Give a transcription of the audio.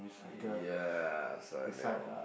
yes I know